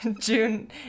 June